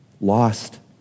Lost